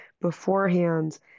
Beforehand